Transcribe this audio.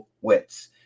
wits